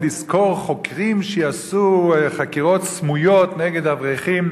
לשכור חוקרים שיעשו חקירות סמויות נגד אברכים,